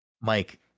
Mike